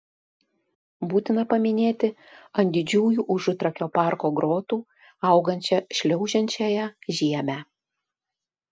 būtina paminėti ant didžiųjų užutrakio parko grotų augančią šliaužiančiąją žiemę